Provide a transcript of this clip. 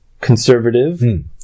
conservative